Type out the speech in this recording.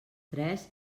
tres